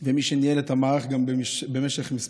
ומי שניהל את המערך גם במשך כמה עשורים,